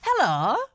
Hello